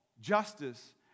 justice